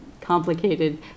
complicated